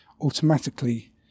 automatically